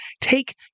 take